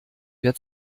wer